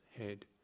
head